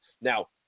Now